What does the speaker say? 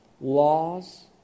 Laws